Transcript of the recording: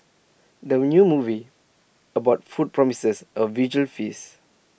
the new movie about food promises A visual feast